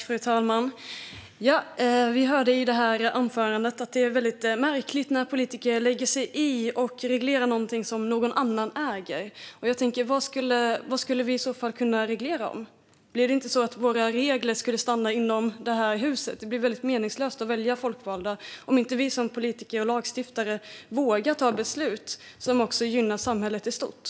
Fru talman! Vi hörde i anförandet att det är märkligt när politiker lägger sig i och reglerar något som någon annan äger. Vad skulle vi i så fall kunna reglera? Skulle reglerna bara stanna inom huset? Det blir meningslöst med en folkvald riksdag om vi politiker och lagstiftare inte vågar ta beslut som gynnar samhället i stort.